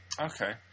Okay